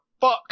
fuck